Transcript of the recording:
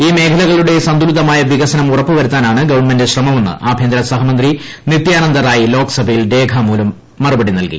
ഈ മേഖലകളുടെ സന്തുലിതമായ വികസനം ഉറപ്പ് വരുത്താനാണ് ഗവൺമെന്റ് ശ്രമമെന്ന് ആഭ്യന്തര സഹമന്ത്രി നിത്യാനന്ദ റായി ലോക്സഭയിൽ രേഖാമൂലം മറുപടി നൽകി